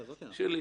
שירלי,